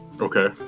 Okay